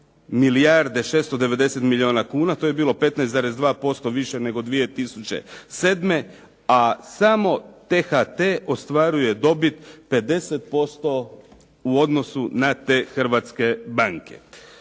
milijarde 690 milijuna kuna. To je bilo 15,2% više nego 2007., a samo T-HT ostvaruje dobit 50% u odnosu na te hrvatske banke.